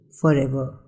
forever